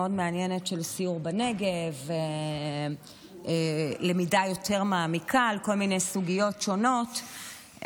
סיור בנגב ולמידה יותר מעמיקה על כל מיני סוגיות שונות,